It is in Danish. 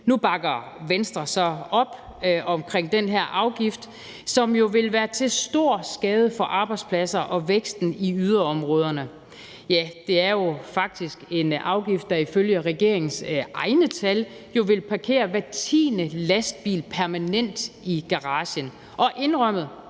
Nu bakker Venstre så op om den her afgift, som jo vil være til stor skade for arbejdspladser og væksten i yderområderne. Ja, det er jo faktisk en afgift, der ifølge regeringens egne tal vil parkere hver tiende lastbil permanent i garagen; og det